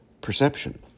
perception